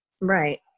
right